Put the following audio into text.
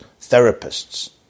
therapists